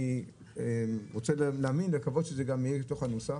אני רוצה להאמין שגם זה יהיה בתוך הנוסח,